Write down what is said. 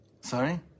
Sorry